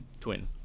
twin